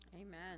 Amen